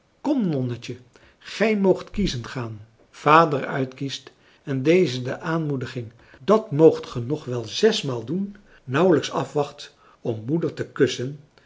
kom nonnetje gij moogt kiezen gaan vader uitkiest en deze de aanmoediging dat moogt ge nog wel zesmaal doen nauwelijks afwacht om moeder te kussen